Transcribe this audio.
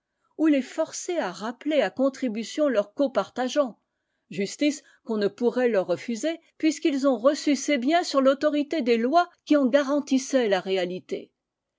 ou les forcer à rappeler à contribution leurs copartageants justice qu'on ne pourrait leur refuser puisqu'ils ont reçu ces biens sur l'autorité des lois qui en garantissaient la réalité